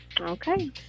Okay